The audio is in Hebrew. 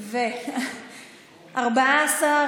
בעד, משה אבוטבול, בעד, אוסאמה סעדי, בעד.